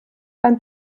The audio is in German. beim